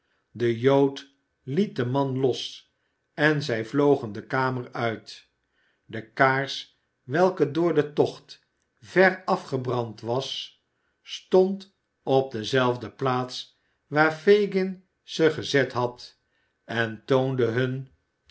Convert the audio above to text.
de jood liet den man los en zij vlogen de kamer uit de kaars welke door den tocht ver afgebrand was stond op dezelfde plaats waar fagin ze gezet had en toonde hun